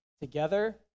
together